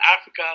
Africa